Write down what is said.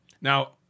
Now